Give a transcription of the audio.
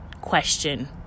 question